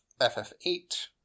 FF8